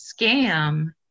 scam